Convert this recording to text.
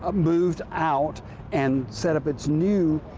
ah moved out and set up its new,